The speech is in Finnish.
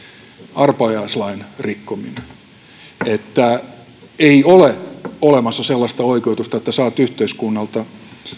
arpajaislain rikkominen ei ole olemassa sellaista oikeutusta että saat yhteiskunnalta